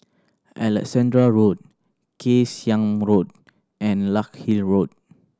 Alexandra Road Kay Siang Road and Larkhill Road